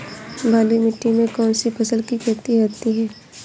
बलुई मिट्टी में कौनसी फसल की खेती होती है?